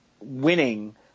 winning